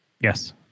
yes